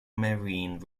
marine